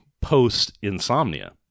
post-insomnia